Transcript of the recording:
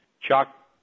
Chuck